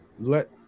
let